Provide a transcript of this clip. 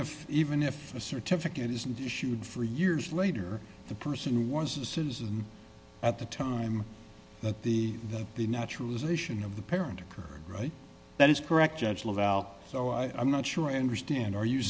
if even if a certificate isn't issued for years later the person who was a citizen at the time that the that the naturalization of the parent occurred right that is correct judge without so i am not sure i understand are you